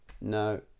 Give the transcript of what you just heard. no